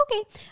okay